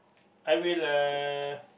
I will uh